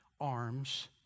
arms